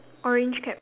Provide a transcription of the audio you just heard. orange cap